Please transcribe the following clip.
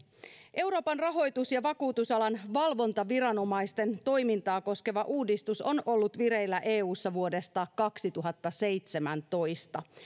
euroopan rahoitus ja vakuutusalan valvontaviranomaisten toimintaa koskeva uudistus on ollut vireillä eussa vuodesta kaksituhattaseitsemäntoista